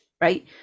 right